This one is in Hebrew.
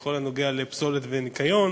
בכל הנוגע לפסולת וניקיון,